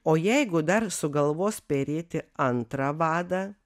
o jeigu dar sugalvos perėti antrą vadą